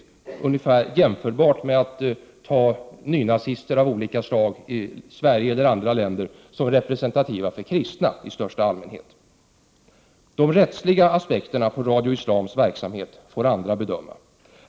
Det är ungefär jämförbart med att betrakta nynazister av olika slag i Sverige eller andra länder som representativa för kristna i största allmänhet. De rättsliga aspekterna på Radio Islams verksamhet får andra bedöma.